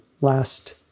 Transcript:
last